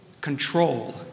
control